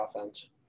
offense